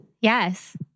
Yes